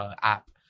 app